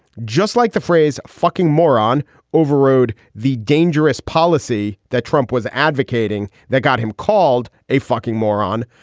just like the phrase fucking moron overrode the dangerous policy that trump was advocating that got him called a fucking moron.